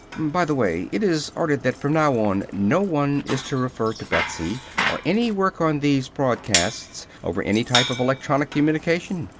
by the way, it is ordered that from now on no one is to refer to betsy or any work on these broadcasts, over any type of electronic communication.